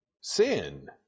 Sin